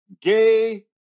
gay